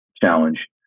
challenge